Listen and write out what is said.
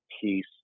peace